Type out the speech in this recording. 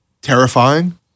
Terrifying